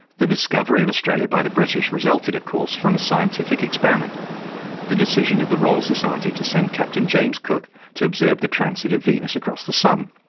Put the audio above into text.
the discovery of australia by the british resulted, of course, from a scientific experiment the decision of the royal society to send captain james cook to observe the transit of venus across the sun.